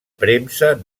premsa